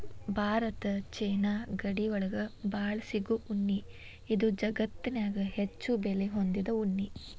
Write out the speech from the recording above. Bharat China ಗಡಿ ಒಳಗ ಬಾಳ ಸಿಗು ಉಣ್ಣಿ ಇದು ಜಗತ್ತನ್ಯಾಗ ಹೆಚ್ಚು ಬೆಲೆ ಹೊಂದಿದ ಉಣ್ಣಿ